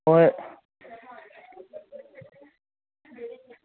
ꯍꯣꯏ